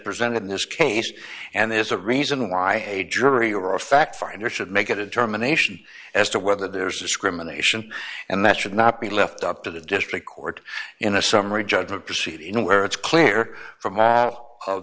present in this case and there's a reason why a jury or a fact finder should make a determination as to whether there's discrimination and that should not be left up to the district court in a summary judgment proceed in where it's clear from